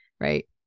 right